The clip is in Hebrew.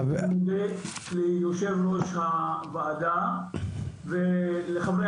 אני מודה ליושב ראש הוועדה ולחברי